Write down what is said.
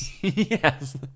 Yes